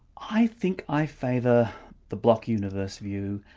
i think i favour the block universe view,